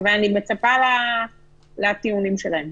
אבל אני מצפה לטיעונים שלהם.